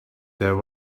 there